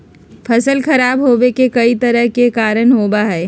फसल खराब होवे के कई तरह के कारण होबा हई